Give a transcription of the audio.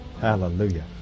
Hallelujah